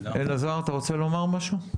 אלעזר, אתה רוצה לומר משהו?